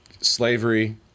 slavery